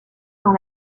dans